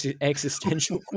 existential